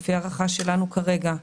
לפי הערכה שלנו כרגע,